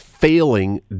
Failing